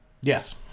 Yes